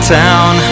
town